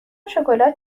شکلات